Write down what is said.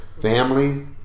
Family